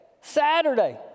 Saturday